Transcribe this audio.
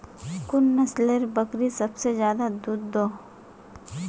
कुन नसलेर बकरी सबसे ज्यादा दूध दो हो?